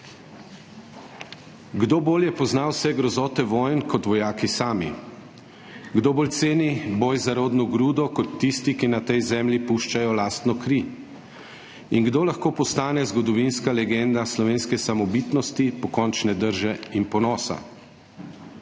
Kdo bolje pozna vse grozote vojn, kot vojaki sami? Kdo bolj ceni boj za rodno grudo, kot tisti, ki na tej zemlji puščajo lastno kri? In kdo lahko postane zgodovinska legenda slovenske samobitnosti, pokončne drže in ponosa?